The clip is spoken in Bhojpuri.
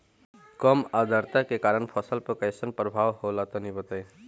कम आद्रता के कारण फसल पर कैसन प्रभाव होला तनी बताई?